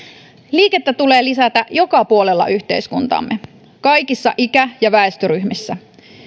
liikettä tulee lisätä joka puolella yhteiskuntaamme kaikissa ikä ja väestöryhmissä